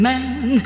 Man